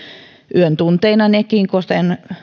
yön tunteina nekin koska